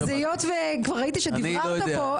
אז היות שכבר ראיתי שדבררת פה,